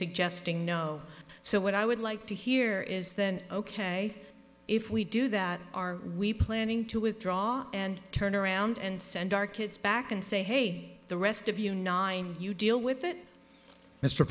suggesting no so what i would like to hear is then ok if we do that are we planning to withdraw and turn around and send our kids back and say hey the rest of you know you deal with it mr